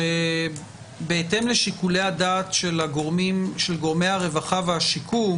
שבהתאם לשיקולי הדעת של גורמי הרווחה והשיקום